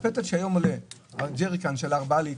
בבשר אפשר לחלק בבשר מס' 5 יש יותר שומן